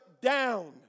down